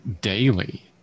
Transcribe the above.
daily